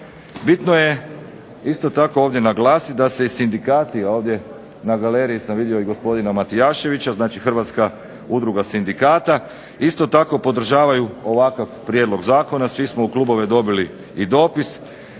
Bitno je isto tako ovdje naglasiti da se i sindikati ovdje na galeriji sam vidio i gospodina Matijaševića. Znači, Hrvatska udruga sindikata isto podržavaju ovakav prijedlog zakona. Svi smo u klubove dobili i dopis.